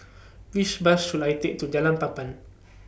Which Bus should I Take to Jalan Papan